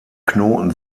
knoten